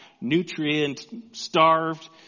nutrient-starved